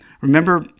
Remember